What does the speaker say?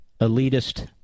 elitist